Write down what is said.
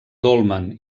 dolmen